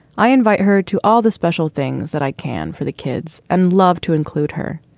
i invite her to all the special things that i can for the kids and love to include her.